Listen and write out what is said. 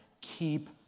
Keep